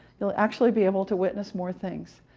you'll actually be able to witness more things.